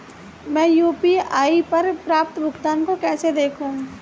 मैं यू.पी.आई पर प्राप्त भुगतान को कैसे देखूं?